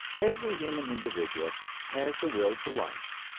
every human individual has the will to life,